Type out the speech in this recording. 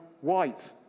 white